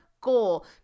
Goal